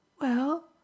Well